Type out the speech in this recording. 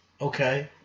Okay